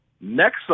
Next